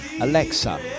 Alexa